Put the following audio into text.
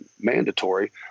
mandatory